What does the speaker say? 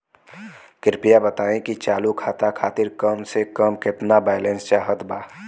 कृपया बताई कि चालू खाता खातिर कम से कम केतना बैलैंस चाहत बा